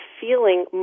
feeling